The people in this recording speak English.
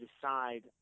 decide